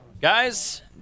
Guys